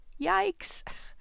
Yikes